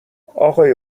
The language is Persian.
اقای